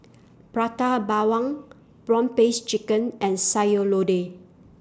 Prata Bawang Prawn Paste Chicken and Sayur Lodeh